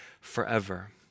forever